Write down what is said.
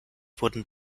wurden